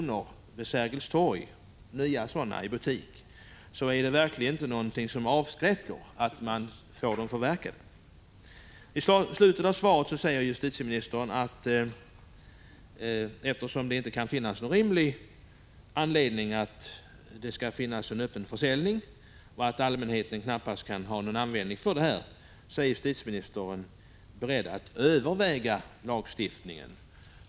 i en butik vid Sergels torg, avskräcker det verkligen inte att man kan få dem förverkade. I slutet av svaret säger justitieministern att eftersom han inte kan se någon rimlig anledning till att det skall finnas en öppen försäljning och att allmänheten knappast kan ha någon användning för handbojor, är han beredd att överväga lagstiftning.